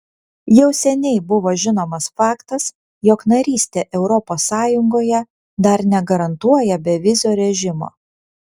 jau seniai buvo žinomas faktas jog narystė europos sąjungoje dar negarantuoja bevizio režimo